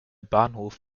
bahnhof